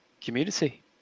community